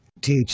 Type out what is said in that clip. THC